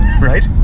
Right